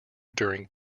during